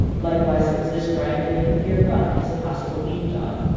likewise it was this pride that made him fear buck as a possible lead-dog.